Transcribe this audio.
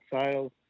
sales